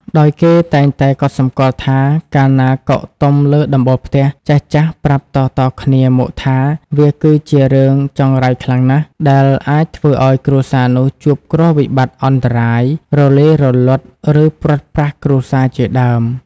ដោយគេតែងតែកត់សម្គាល់ថា កាលណាកុកទំលើដំបូលផ្ទះ ចាស់ៗប្រាប់តៗគ្នាមកថា វាគឺជារឿងចង្រៃខ្លាំងណាស់ ដែលអាចធ្វើឲ្យគ្រួសារនោះជួបគ្រោះវិបត្តិអន្តរាយ រលាយរលត់ ឬព្រាត់ប្រាសគ្រួសារជាដើម។